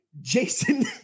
Jason